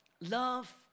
Love